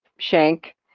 Shank